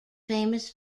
famous